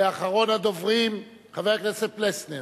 ואחרון הדוברים, חבר הכנסת פלסנר.